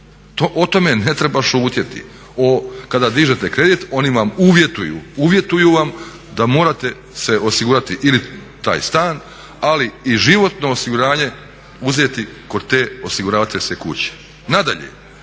o tome ne treba šutjeti. Kada dižete kredit oni vam uvjetuju da morate se osigurati ili taj stan ali i životno osiguranje uzeti kod te osiguravateljske kuće. Nadalje,